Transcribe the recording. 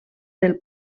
del